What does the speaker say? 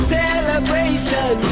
celebration